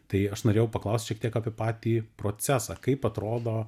tai aš norėjau paklausti šiek tiek apie patį procesą kaip atrodo